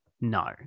no